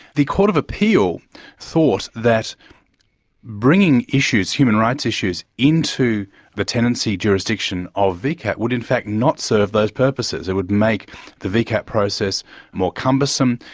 the court of appeal thought that bringing issues, human rights issues, into the tenancy jurisdiction of vcat would in fact not serve those purposes, it would make the vcat process more cumbersome,